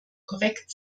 korrekt